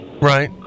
Right